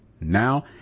Now